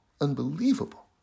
Unbelievable